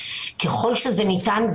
ככל שזה ניתן,